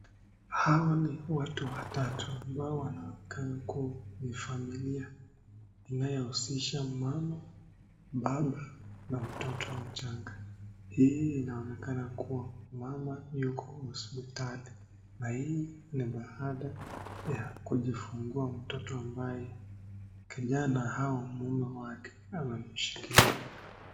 Hawa ni watu watatu ambayo wanaonekana kuwa ni familia inayohusisha baba, mama na mtoto chake. Hii inaonekana kuwa mama yuko hospitali na hii ni baada ya kujifungua mtoto ambaye ni kijana au mume wake amemshikilia.